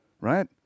right